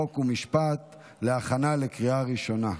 חוק ומשפט להכנה לקריאה ראשונה.